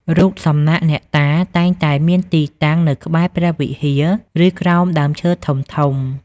រូបសំណាកអ្នកតា តែងតែមានទីតាំងនៅក្បែរព្រះវិហារ ឬក្រោមដើមឈើធំៗ។